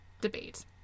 debate